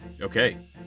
Okay